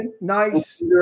nice